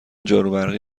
جاروبرقی